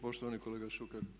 Poštovani kolega Šuker,